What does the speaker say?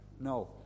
No